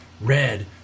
red